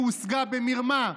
שהושגה במרמה,